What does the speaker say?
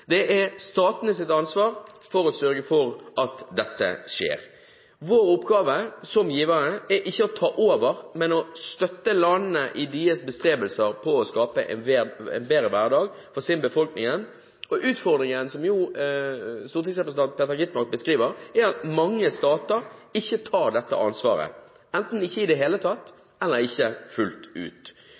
Det er statenes ansvar å sørge for at dette skjer. Vår oppgave som givere er ikke å ta over, men å støtte landene i deres bestrebelser på å skape en bedre hverdag for sin befolkning, og utfordringen som representanten Skovholt Gitmark beskriver, er at mange stater ikke tar dette ansvaret – enten ikke i det hele tatt eller ikke fullt ut,